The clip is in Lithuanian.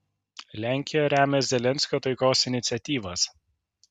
lenkija remia zelenskio taikos iniciatyvas